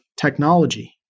technology